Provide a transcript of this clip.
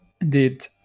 Indeed